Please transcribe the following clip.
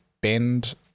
bend